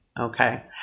Okay